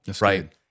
Right